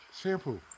Shampoo